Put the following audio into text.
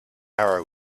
arrow